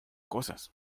cosas